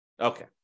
Okay